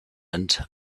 and